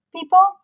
people